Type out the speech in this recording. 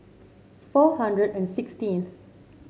four hundred and sixteenth